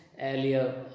Earlier